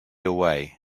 away